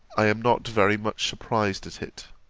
i am not very much surprised at it.